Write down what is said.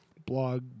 blog